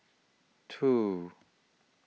two